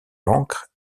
l’ancre